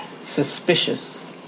suspicious